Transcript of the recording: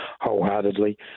wholeheartedly